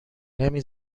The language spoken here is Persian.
نمی